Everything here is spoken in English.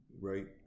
right